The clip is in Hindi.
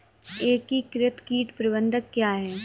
एकीकृत कीट प्रबंधन क्या है?